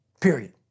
Period